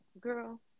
girl